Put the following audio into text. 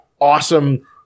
Awesome